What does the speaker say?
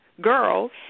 girls